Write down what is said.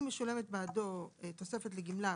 אם משולמת בעדו תוספת לגמלה,